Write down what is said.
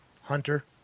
Hunter